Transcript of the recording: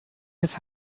his